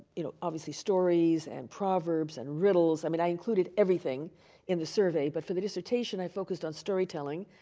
you know, obviously stories and proverbs and riddles. i mean, i included everything in the survey. but for the dissertation, i focused on storytelling.